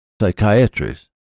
psychiatrists